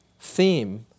theme